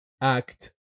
act